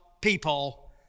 people